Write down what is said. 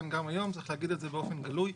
צריך להגיד את זה באופן גלוי,